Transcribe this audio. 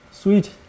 Sweet